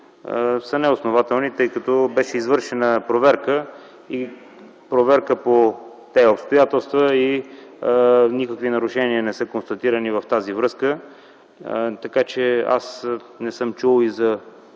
са неоснователни, тъй като беше извършена проверка по тези обстоятелства и никакви нарушения не са констатирани в тази връзка, така че аз не съм чул за